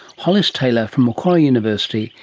hollis taylor from macquarie university,